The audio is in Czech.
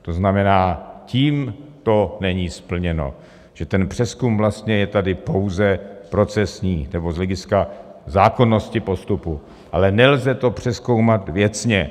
To znamená, tím to není splněno, že ten přezkum vlastně je tedy pouze procesní nebo z hlediska zákonnosti postupu, ale nelze to přezkoumat věcně.